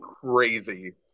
crazy